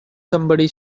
somebody